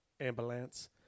ambulance